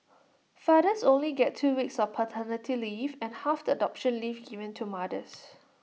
fathers only get two weeks of paternity leave and half the adoption leave given to mothers